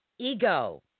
ego